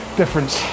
difference